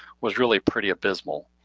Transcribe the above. was really pretty abysmal,